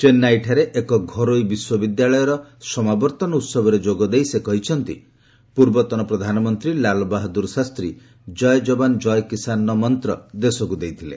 ଚେନ୍ନାଇଠାରେ ଏକ ଘରୋଇ ବିଶ୍ୱବିଦ୍ୟାଳୟର ସମାବର୍ତ୍ତନ ଉତ୍ସବରେ ଯୋଗଦେଇ ସେ କହିଛନ୍ତି ଯେ ପୂର୍ବତନ ପ୍ରଧାନମନ୍ତ୍ରୀ ଲାଲବାହାଦୂର ଶାସ୍ତ୍ରୀ ଜୟ ଯବାନ ଜୟ କିଷାନର ମନ୍ତ୍ର ଦେଶକୁ ଦେଇଥିଲେ